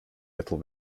little